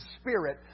spirit